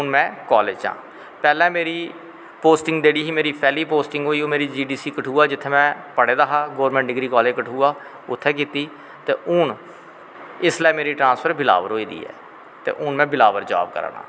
हून में कालेज च आं पैह्लैं मेरी पोस्टिंग जेह्ड़ी ही पैह्ली पोस्टिंग मेरी जी डी सी कठुआ जित्थें में पढ़े दा हा गौरमैंट डिग्री कालेज़ कठुआ उत्थे कीती ते हून इसलै मेरी ट्रांसफर बिलाबर होई दी ऐ ते हून में बिलावर जाब करा ना